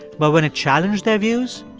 but when it challenged their views,